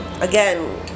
Again